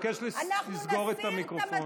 אבקש לסגור את המיקרופון.